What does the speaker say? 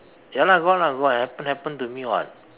ya lah got lah got happened happened to me [what]